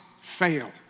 fail